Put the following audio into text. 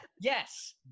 yes